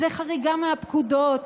זה חריגה מהפקודות,